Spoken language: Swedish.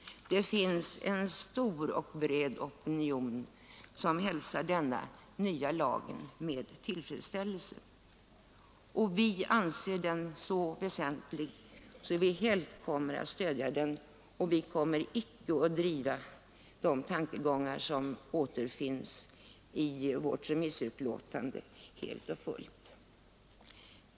Det finns en stor och bred opinion som hälsar denna nya lag med tillfredsställelse. Vi anser den så väsentlig att vi helt kommer att stödja den, och vi kommer icke att helt och fullt driva de tankegångar som återfinns i vårt remissutlåtande.